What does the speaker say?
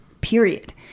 period